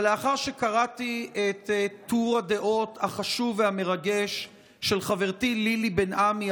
אבל לאחר שקראתי את טור הדעות החשוב והמרגש של חברתי לילי בן עמי,